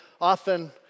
often